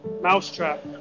Mousetrap